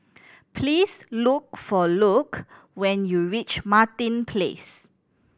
please look for Luc when you reach Martin Place